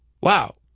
Wow